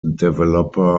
developer